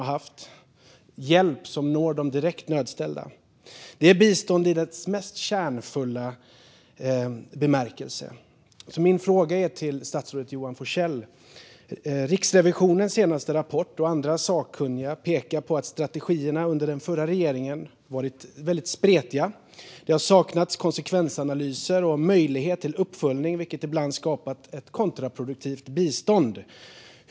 Det är hjälp som når de direkt nödställda. Det är bistånd i dess mest kärnfulla bemärkelse. Min fråga går till statsrådet Johan Forssell. Riksrevisionens senaste rapport och andra sakkunniga pekar på att strategierna under den förra regeringen varit väldigt spretiga. Det har saknats konsekvensanalyser och möjligheter till uppföljning, vilket ibland skapat ett kontraproduktivt bistånd.